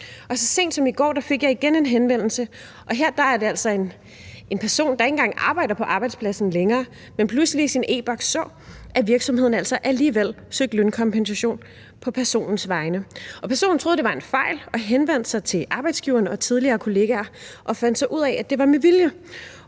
Så sent som i går fik jeg igen en henvendelse, og her var det altså en person, der ikke engang arbejder på arbejdspladsen længere, men som pludselig i sin e-Boks så, at virksomheden altså alligevel søgte lønkompensation på personens vegne. Personen troede, det var en fejl, og henvendte sig til arbejdsgiveren og tidligere kollegaer og fandt så ud af, at det var med vilje,